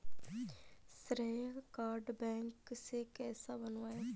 श्रेय card bank से कैसे बनवाएं?